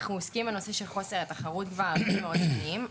אנחנו עוסקים בנושא של חוסר התחרות כבר הרבה מאוד שנים.